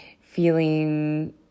feeling